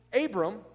Abram